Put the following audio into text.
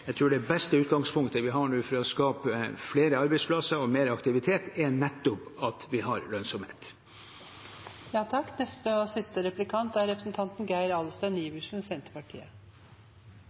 Jeg tror det beste utgangspunktet vi nå har for å skape flere arbeidsplasser og mer aktivitet, er nettopp at vi har lønnsomhet.